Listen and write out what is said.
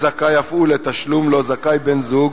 זכאי אף הוא לתשלום שזכאי לו בן-זוג